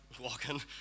walking